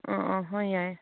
ꯑꯥ ꯑꯥ ꯍꯣꯏ ꯌꯥꯏꯌꯦ